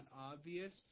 obvious